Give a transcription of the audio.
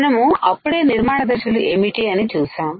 మనము అప్పుడే నిర్మాణ దశలు ఏమిటి అని చూశాం